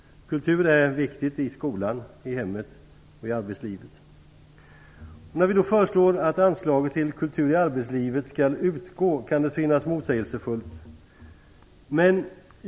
Kultur är viktigt i skolan, i hemmet och i arbetslivet. När vi då föreslår att anslaget till kultur i arbetslivet skall utgå kan det synas motsägelsefullt.